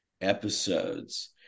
episodes